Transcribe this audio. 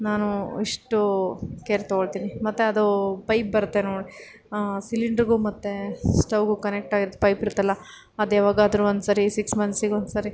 ನಾನು ಇಷ್ಟು ಕೇರ್ ತಗೊಳ್ತೀನಿ ಮತ್ತು ಅದು ಪೈಪ್ ಬರುತ್ತೆ ನೋಡಿ ಸಿಲಿಂಡ್ರಿಗೂ ಮತ್ತು ಸ್ಟವ್ಗೂ ಕನೆಕ್ಟ್ ಆಗಿದ್ದು ಪೈಪಿರುತ್ತಲ್ಲ ಅದು ಯಾವಾಗಾದ್ರೂ ಒಂದ್ಸರಿ ಸಿಕ್ಸ್ ಮಂಥ್ಸಿಗೊಂದ್ಸರಿ